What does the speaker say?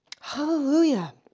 Hallelujah